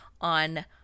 on